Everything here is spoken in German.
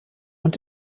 und